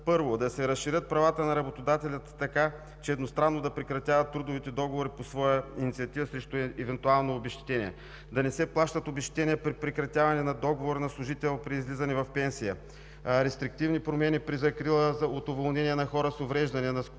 първо, да се разширят правата на работодателите така, че едностранно да прекратяват трудовите договори по своя инициатива срещу евентуално обезщетение. Да не се плащат обезщетения при прекратяване на договора на служител при излизане в пенсия. Рестриктивни промени при закрила от уволнение на хора с увреждания, наскоро